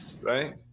right